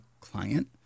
client